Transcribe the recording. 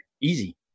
easy